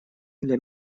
для